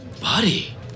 Buddy